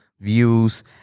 views